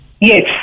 Yes